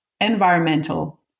environmental